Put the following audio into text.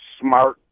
smart